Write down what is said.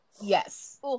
Yes